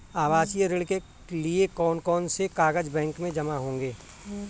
आवासीय ऋण के लिए कौन कौन से कागज बैंक में जमा होंगे?